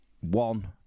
one